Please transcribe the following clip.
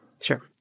Sure